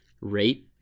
rate